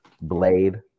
Blade